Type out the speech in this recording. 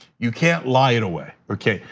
you can't lie it away, okay?